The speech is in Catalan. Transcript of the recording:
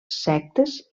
sectes